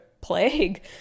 Plague